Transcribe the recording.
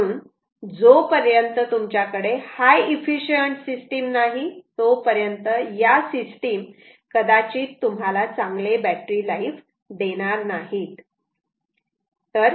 म्हणून जोपर्यंत तुमच्याकडे हाय इफिशिअंट सिस्टीम नाही तोपर्यंत या सिस्टीम कदाचित तुम्हाला चांगले बॅटरी लाईफ देणार नाहीत